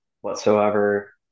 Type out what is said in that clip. whatsoever